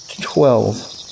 Twelve